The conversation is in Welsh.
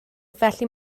felly